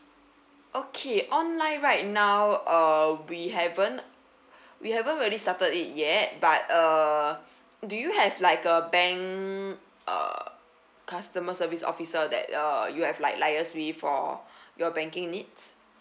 okay online right now uh we haven't we haven't really started it yet but uh do you have like the bank uh customer service officer that uh you have like liaise with for your banking needs